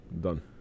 Done